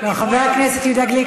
חבר הכנסת יהודה גליק,